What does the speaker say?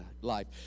life